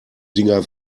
dinger